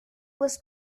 was